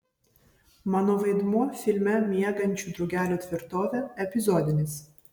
mano vaidmuo filme miegančių drugelių tvirtovė epizodinis